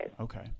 okay